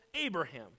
Abraham